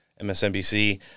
MSNBC